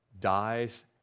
dies